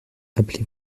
appeler